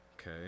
Okay